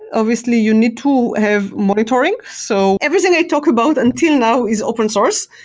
obviously you need to have monitoring. so everything i talk about until now is open-source.